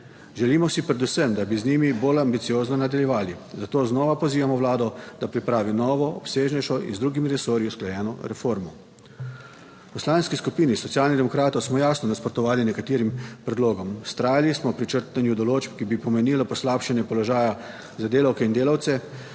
želimo si predvsem, da bi z njimi bolj ambiciozno nadaljevali. Zato znova pozivamo Vlado, da pripravi novo, obsežnejšo **16. TRAK: (VP) 11.15** (nadaljevanje) in z drugimi resorji usklajeno reformo. V Poslanski skupini Socialnih demokratov smo jasno nasprotovali nekaterim predlogom, vztrajali smo pri črtanju določb, ki bi pomenila poslabšanje položaja za delavke in delavce,